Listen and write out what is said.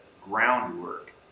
groundwork